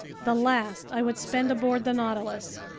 the last i would spend aboard the nautilus!